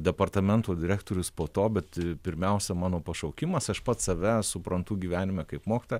departamento direktorius po to bet pirmiausia mano pašaukimas aš pats save suprantu gyvenime kaip mokytoją